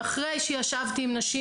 אחרי שישבתי עם נשים,